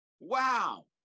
wow